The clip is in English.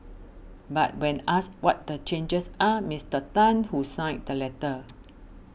but when asked what the changes are Mister Tan who signed the letter